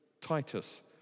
Titus